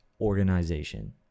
organization